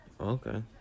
Okay